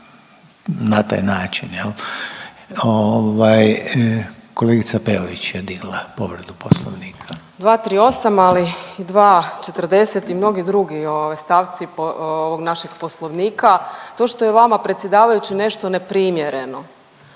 na taj način jel. Ovaj kolegica Peović je digla povredu poslovnika. **Peović, Katarina (RF)** 238. ali i 240. i mnogi drugi stavci ovog našeg poslovnika. To što je vama predsjedavajući nešto neprimjerno